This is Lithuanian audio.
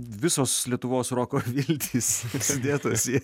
visos lietuvos roko viltys sudėtos į